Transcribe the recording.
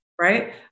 Right